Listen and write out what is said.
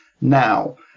now